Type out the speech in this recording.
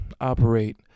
operate